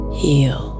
heal